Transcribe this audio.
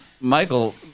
Michael